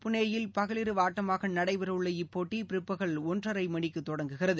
புனே யில் பகல் இரவு ஆட்டமாக நடைபெறவுள்ள இப்போட்டி பிற்பகல் ஒன்றரை மணிக்கு தொடங்குகிறது